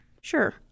Sure